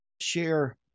share